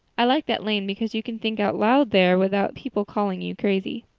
i like that lane because you can think out loud there without people calling you crazy.